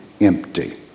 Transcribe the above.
empty